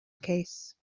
case